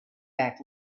back